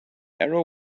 arrow